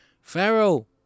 Pharaoh